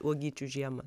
uogyčių žiemą